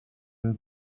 une